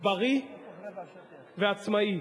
בריא ועצמאי.